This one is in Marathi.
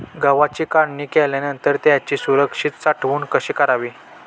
गव्हाची काढणी केल्यानंतर त्याची सुरक्षित साठवणूक कशी करावी?